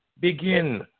begin